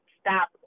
stop